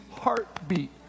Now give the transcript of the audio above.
heartbeat